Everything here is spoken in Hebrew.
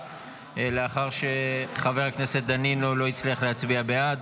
לאחר שחבר הכנסת דנינו לא הצליח להצביע בעד.